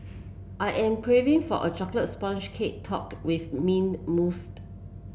I am craving for a chocolates sponge cake topped with mint mousse